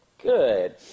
good